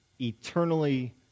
eternally